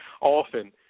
often